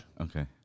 Okay